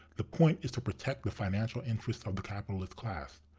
the point is to protect the financial interest of the capitalist class.